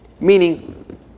meaning